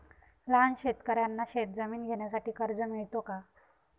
लहान शेतकऱ्यांना शेतजमीन घेण्यासाठी कर्ज मिळतो का?